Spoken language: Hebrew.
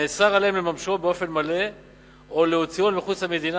ונאסר עליהם לממשו באופן מלא או להוציאו אל מחוץ למדינה.